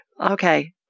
Okay